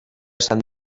saint